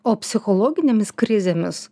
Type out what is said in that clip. o psichologinėmis krizėmis